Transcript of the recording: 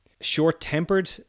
short-tempered